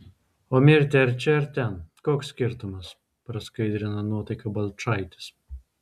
o mirti ar čia ar ten koks skirtumas praskaidrino nuotaiką balčaitis